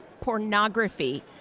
pornography